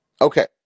Okay